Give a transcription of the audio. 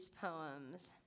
Poems